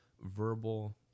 verbal